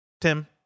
Tim